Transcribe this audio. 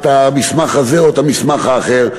המסמך הזה או המסמך האחר.